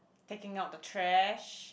taking out the trash